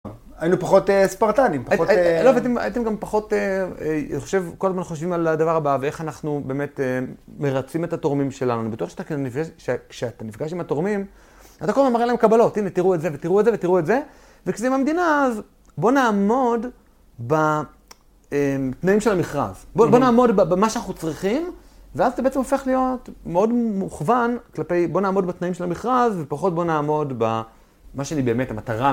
היינו פחות ספרטנים. - הייתם גם פחות, אני חושב, כל הזמן חושבים על הדבר הבא ואיך אנחנו באמת מרצים את התורמים שלנו, כשאתה נפגש עם התורמים אתה כל הזמן מראה להם קבלות, הנה תראו את זה, ותראו את זה. וכשהם המדינה זה, בוא נעמוד בתנאים של המכרז. באו לא למוד במה שאנחנו צריכים ואז זה בעצם הופך להיות מאוד מוכוון כלפי, בוא נעמוד בתנאים של המכרז ופחות בוא נעמוד במה שהיא באמת המטרה